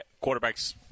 quarterback's